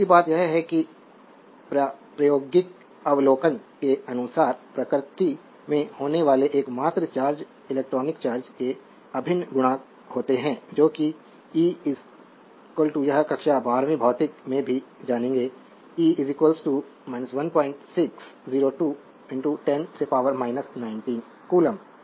दूसरी बात यह है कि प्रायोगिक अवलोकन के अनुसार प्रकृति में होने वाले एकमात्र चार्ज इलेक्ट्रॉनिक चार्ज के अभिन्न गुणक होते हैं जो कि e यह कक्षा 12 भौतिकी से भी जानेंगे e 1602 10 से पावर 19 कूलम्ब